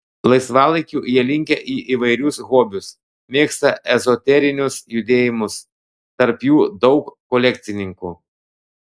laisvalaikiu jie linkę į įvairius hobius mėgsta ezoterinius judėjimus tarp jų daug kolekcininkų